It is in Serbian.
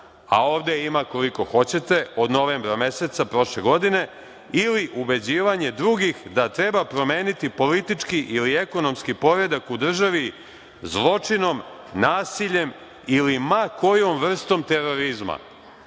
a ovde je ima koliko hoćete, od novembra meseca prošle godine, ili ubeđivanje drugih da treba promeniti politički ili ekonomski poredak u državi zločinom, nasiljem ili ma kojom vrstom terorizma.